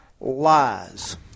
lies